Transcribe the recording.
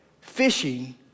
fishing